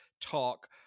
talk